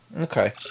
Okay